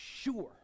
sure